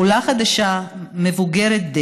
עולה חדשה, די מבוגרת,